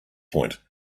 point